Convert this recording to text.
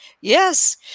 yes